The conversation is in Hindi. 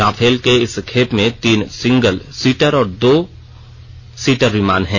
रफाल के इस खेप में तीन सिंगल सीटर और दो दो सीटर विमान हैं